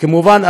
כמובן,